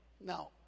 No